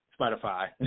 Spotify